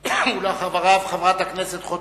ואחריו, חברת הכנסת חוטובלי.